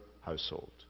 household